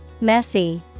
Messy